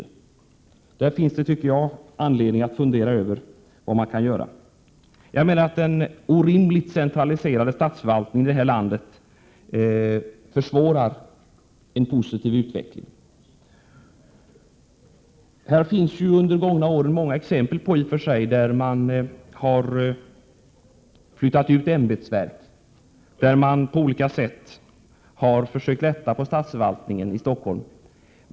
I det avseendet finns det, tycker jag, anledning att fundera över vad man kan göra. Jag menar att den orimligt centraliserade statsförvaltningen i vårt land försvårar en positiv utveckling. Det finns under de gångna åren i och för sig många exempel på hur man flyttat ut ämbetsverk och på olika sätt försökt lätta på statsförvaltningen i Stockholm.